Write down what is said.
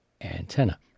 antenna